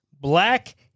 black